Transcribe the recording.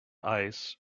ice